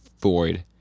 void